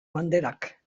banderak